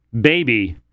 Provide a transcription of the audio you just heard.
baby